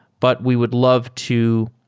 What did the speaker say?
but we would love to